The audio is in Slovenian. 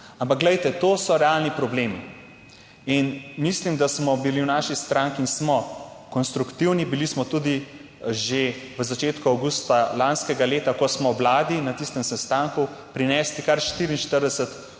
Ampak glejte, to so realni problemi. In mislim, da smo bili v naši stranki in smo konstruktivni, bili smo tudi že v začetku avgusta lanskega leta, ko smo Vladi na tistem sestanku prinesli kar 44 ukrepov